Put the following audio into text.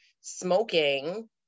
smoking